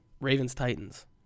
Ravens-Titans